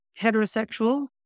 Heterosexual